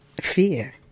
fear